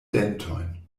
dentojn